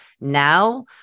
now